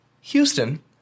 Houston